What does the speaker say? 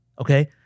Okay